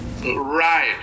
Right